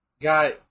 Got